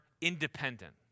independent